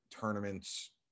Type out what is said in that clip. tournaments